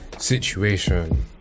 situation